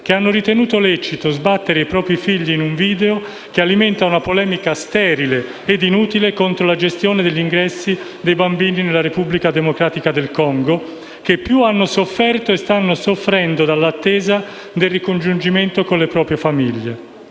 che hanno ritenuto lecito sbattere i propri figli in un video che alimenta una polemica sterile e inutile contro la gestione degli ingressi dei bambini della Repubblica Democratica del Congo, che più hanno sofferto e stanno soffrendo dall'attesa del ricongiungimento con le proprie famiglie.